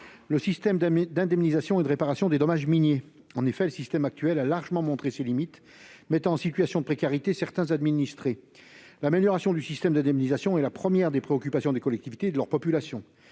le système d'indemnisation et de réparation des dommages miniers. En effet, le système actuel a largement démontré ses limites, plaçant certains administrés en situation de précarité. L'amélioration du système d'indemnisation est la première des préoccupations des collectivités et de leur population.